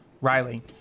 Riley